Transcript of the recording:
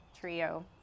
trio